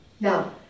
Now